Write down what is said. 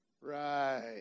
right